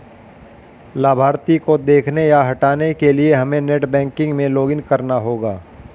लाभार्थी को देखने या हटाने के लिए हमे नेट बैंकिंग में लॉगिन करना होगा